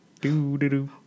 Do-do-do